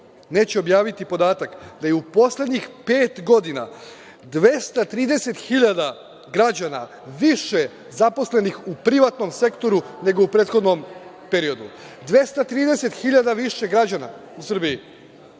neće objaviti podatak da je u poslednjih pet godina 230.000 građana više zaposlenih u privatnom sektoru nego u prethodnom periodu, 230.000 više građana u Srbiji,